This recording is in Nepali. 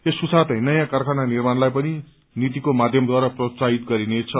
यसको साथै नयाँ कारखाना निर्माणलाई पनि नीतिको माध्यमद्वारा प्रोत्साहित गरिनेछ